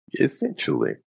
Essentially